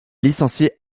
licencié